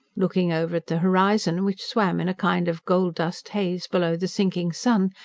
looking over at the horizon, which swam in a kind of gold-dust haze below the sinking sun,